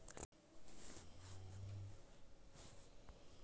पैसा निकाले आर जमा करेला हमेशा बैंक आबेल पड़ते की?